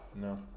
No